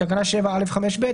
בתקנה 7(א)(5)(ב),